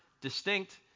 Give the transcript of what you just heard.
distinct